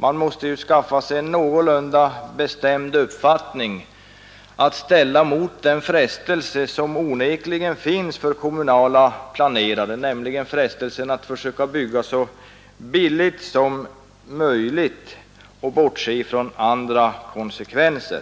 Man måste ju skaffa sig en någorlunda bestämd uppfattning att ställa mot den frestelse som onekligen finns för kommunala planerare, nämligen frestelsen att försöka bygga så billigt som möjligt och bortse från andra konsekvenser.